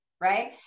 right